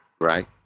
right